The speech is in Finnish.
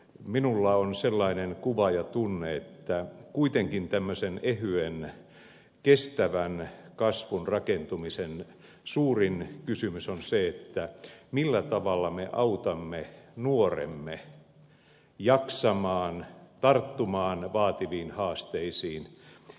minulla on sellainen kuva ja tunne että kuitenkin tämmöisen ehyen kestävän kasvun rakentumisen suurin kysymys on se millä tavalla me autamme nuoremme jaksamaan tarttumaan vaativiin haasteisiin